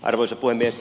arvoisa puhemies